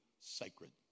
sacred